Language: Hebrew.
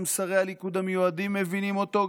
גם שרי הליכוד המיועדים מבינים אותו,